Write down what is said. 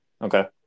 Okay